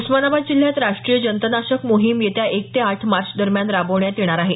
उस्मानाबाद जिल्ह्यात राष्ट्रीय जंतनाशक मोहिम येत्या एक ते आठ मार्च दरम्यान राबवण्यात येणार आहे